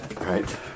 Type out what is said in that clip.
Right